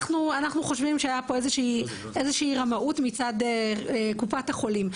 אנחנו חושבים שהיה פה איזה שהיא רמאות מצד קופת החולים,